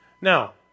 Now